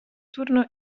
turno